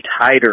tighter